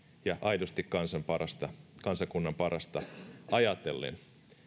ja aidosti kansakunnan parasta ajatellen